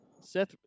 Seth